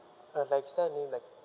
but is there any like